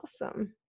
awesome